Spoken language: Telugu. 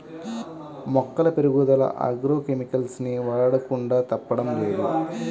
మొక్కల పెరుగుదల ఆగ్రో కెమికల్స్ ని వాడకుండా తప్పడం లేదు